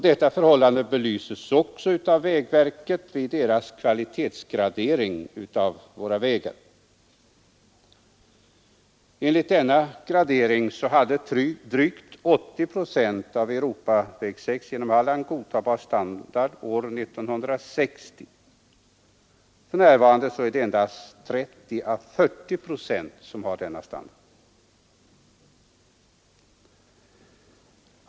Detta förhållande belyses också av vägverkets kvalitetsgradering av våra vägar. Enligt denna hade drygt 80 procent av E 6 genom Halland godtagbar standard år 1960. För närvarande har endast 30—40 procent godtagbar standard.